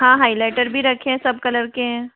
हाँ हाईलाइटर भी रखे हैं सब कलर के हैं